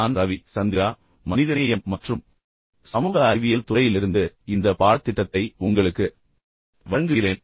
நான் ரவி சந்திரா மனிதநேயம் மற்றும் சமூக அறிவியல் துறையிலிருந்து இந்த பாடத்திட்டத்தை உங்களுக்கு வழங்குகிறேன்